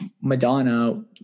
Madonna